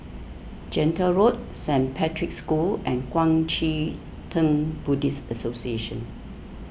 Gentle Road Saint Patrick's School and Kuang Chee Tng Buddhist Association